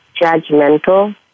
judgmental